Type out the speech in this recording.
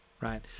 right